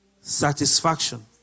satisfaction